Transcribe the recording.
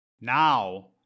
Now